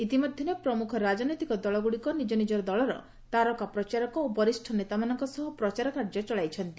ଇତିମଧ୍ଧରେ ପ୍ରମୁଖ ରାଜନୈତିକ ଦଳଗୁଡ଼ିକ ନିଜ ନିଜ ଦଳର ତାରକା ପ୍ରଚାରକ ଓ ବରିଷ୍ ନେତାମାନଙ୍କ ସହ ପ୍ରଚାର କାର୍ଯ୍ୟ ଚଳାଇଛନ୍ତି